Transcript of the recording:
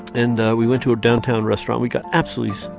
and we went to a downtown restaurant we got absolutely,